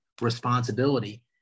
responsibility